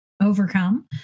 overcome